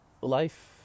Life